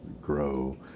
grow